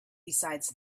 besides